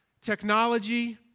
technology